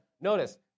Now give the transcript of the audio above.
Notice